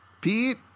Pete